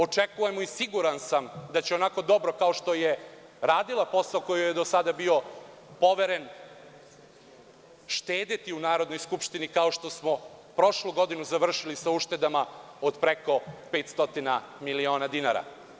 Očekujemo i siguran sam da će onako dobro kao što je radila posao, koji joj je do sada bio poveren, štedeti u Narodnoj skupštini, kao što smo prošlu godinu završili sa uštedama od preko 500 miliona dinara.